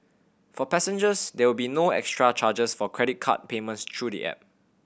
for passengers there will be no extra charges for credit card payments through the app